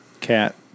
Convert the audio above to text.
Cat